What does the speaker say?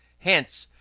hence,